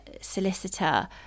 solicitor